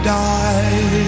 die